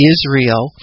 Israel